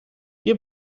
wir